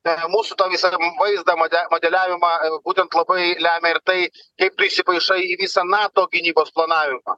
tą mūsų tokį svarbų vaizdą mode modeliavimą būtent labai lemia ir tai kaip tu įsipaišai į visą nato gynybos planavimą